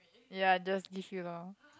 ya just give you lor